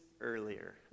earlier